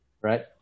right